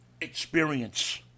experience